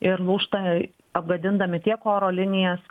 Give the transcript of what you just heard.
ir lūžta apgadindami tiek oro linijas